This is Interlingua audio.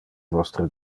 vostre